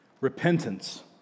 Repentance